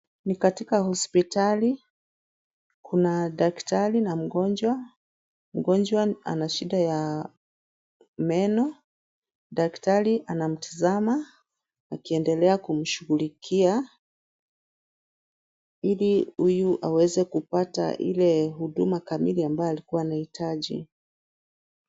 Ni katika hospitali, kuna daktari na mgonjwa. Mgonjwa ana shida ya meno, daktari anamtazama akiendelea kumshughulikia ili huyu aweze kupata ile huduma kamili ambayo alikuwa anahitaji.